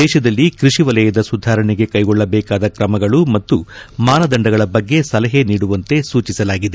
ದೇಶದಲ್ಲಿ ಕೃಷಿ ವಲಯದ ಸುಧಾರಣೆಗೆ ಕೈಗೊಳ್ಳಬೇಕಾದ ಕ್ರಮಗಳು ಮತ್ತು ಮಾನದಂಡಗಳ ಬಗ್ಗೆ ಸಲಹೆ ನೀಡುವಂತೆ ಸೂಚಿಸಲಾಗಿದೆ